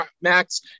Max